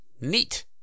Neat